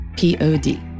Pod